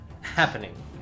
happening